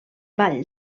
ball